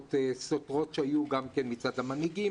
הוראות סותרות שהיו גם מצד המנהיגים